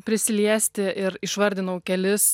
prisiliesti ir išvardinau kelis